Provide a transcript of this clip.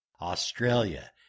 Australia